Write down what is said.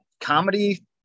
comedy